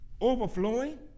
overflowing